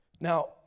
Now